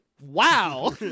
Wow